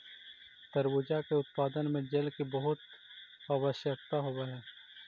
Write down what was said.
तरबूजा के उत्पादन में जल की बहुत आवश्यकता होवअ हई